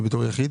בתור יחיד?